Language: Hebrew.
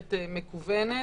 במערכת מקוונת.